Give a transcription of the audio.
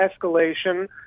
escalation